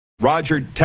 Roger